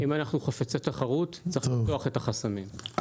אם אנחנו חפצי תחרות צריך לפתוח את החסמים.